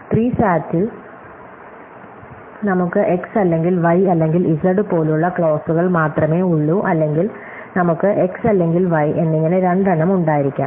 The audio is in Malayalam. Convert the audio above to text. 3 സാറ്റിൽ നമുക്ക് x അല്ലെങ്കിൽ y അല്ലെങ്കിൽ z പോലുള്ള ക്ലോസുകൾ മാത്രമേ ഉള്ളൂ അല്ലെങ്കിൽ നമുക്ക് x അല്ലെങ്കിൽ y എന്നിങ്ങനെ രണ്ടെണ്ണം ഉണ്ടായിരിക്കാം